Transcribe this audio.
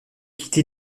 quitté